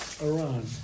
Iran